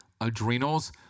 adrenals